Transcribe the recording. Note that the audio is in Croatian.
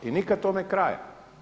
I nikad tome kraja.